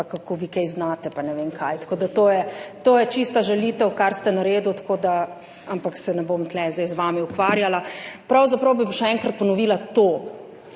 pa kako vi kaj znate pa ne vem, kaj. To je čista žalitev, kar ste naredili, tako da … Ampak se ne bom tu zdaj z vami ukvarjala. Pravzaprav bi še enkrat ponovila to: